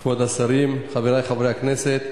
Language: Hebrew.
תודה, כבוד השרים, חברי חברי הכנסת,